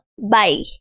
Bye